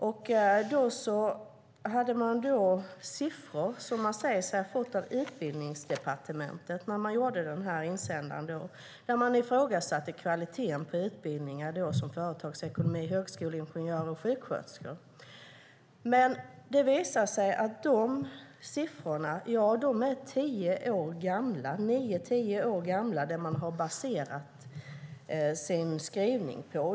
När de skrev den hade de siffror som de säger sig ha fått från Utbildningsdepartementet. Där ifrågasatte de kvaliteten på utbildningar som företagsekonomi, högskoleingenjör och sjuksköterskor. Men det visade sig att de siffror som de hade baserat sin skrivning på var nio tio år gamla.